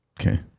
okay